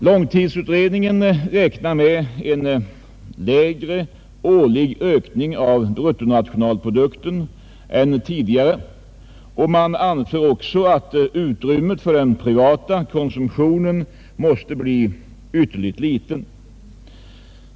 Långtidsutredningen räknar med en lägre årlig ökning av bruttonationalprodukten än tidigare, och man anför att utrymmet för den privata konsumtionen måste bli ytterligt litet.